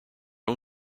own